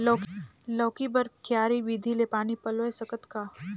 लौकी बर क्यारी विधि ले पानी पलोय सकत का?